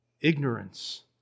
ignorance